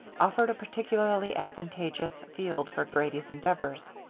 offered a particularly advantageous field for grady's endeavors.